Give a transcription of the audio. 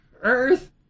earth